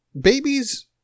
babies